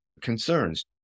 concerns